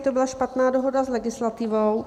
To byla špatná dohoda s legislativou.